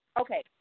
Okay